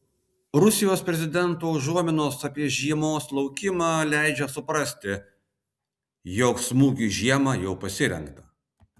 rusijos prezidento užuominos apie žiemos laukimą leidžia suprasti jog smūgiui žiemą jau pasirengta